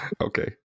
Okay